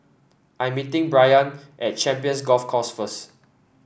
I am meeting Brayan at Champions Golf Course first